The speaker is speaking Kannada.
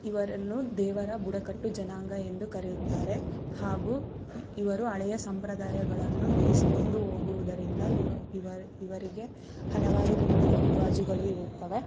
ಇವರನ್ನು ದೇವರ ಬುಡಕಟ್ಟು ಜನಾಂಗ ಎಂದು ಕರೆಯುತ್ತಾರೆ ಹಾಗೂ ಇವರು ಹಳೆಯ ಸಂಪ್ರದಾಯಗಳನ್ನು ನಡೆಸಿಕೊಂಡು ಹೋಗುವುದರಿಂದ ಇವರಿಗೆ ಹಲವಾರು ರೀತಿಯ ರಿವಾಜುಗಳು ಇರುತ್ತವೆ